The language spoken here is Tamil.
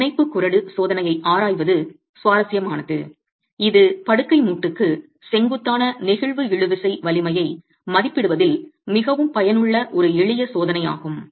பிணைப்பு குறடு சோதனையை ஆராய்வது சுவாரஸ்யமானது இது படுக்கை மூட்டுக்கு செங்குத்தான நெகிழ்வு இழுவிசை வலிமையை மதிப்பிடுவதில் மிகவும் பயனுள்ள ஒரு எளிய சோதனையாகும்